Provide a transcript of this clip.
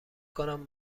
کنم